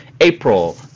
April